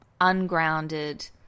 ungrounded